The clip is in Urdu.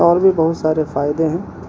اور بھی بہت سارے فائدے ہیں